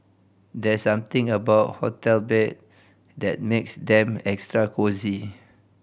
there's something about hotel bed that makes them extra cosy